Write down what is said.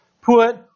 put